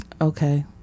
okay